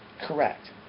correct